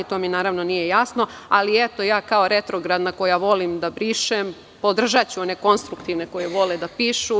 To mi naravno nije jasno, ali ja kao retrogradna, koja volim da brišem, podržaću one konstruktivne koji vole da pišu.